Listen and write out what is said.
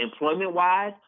employment-wise